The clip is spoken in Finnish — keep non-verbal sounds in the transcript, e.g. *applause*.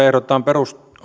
*unintelligible* ehdotetaan